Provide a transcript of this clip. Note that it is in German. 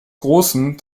großen